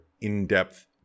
in-depth